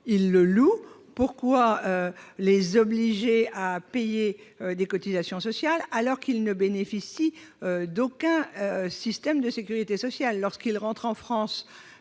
qu'ils louent ; pourquoi les obliger à payer des cotisations sociales alors qu'ils ne bénéficient d'aucun système de sécurité sociale ?